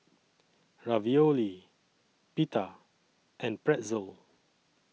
Ravioli Pita and Pretzel